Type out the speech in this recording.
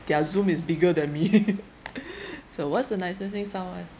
their Zoom is bigger than me so what's the nicest thing someone